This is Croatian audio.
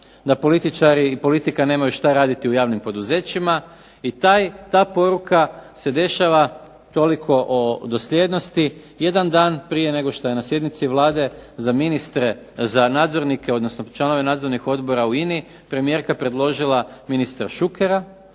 da političari i politika nemaju šta raditi u javnim poduzećima i ta poruka se dešava, toliko o dosljednosti, jedan dan prije nego što je na sjednici Vlade za nadzornike, odnosno članove nadzornih odbora u INA-i premijerka predložila ministra Šukera,